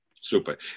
Super